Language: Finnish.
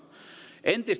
entistä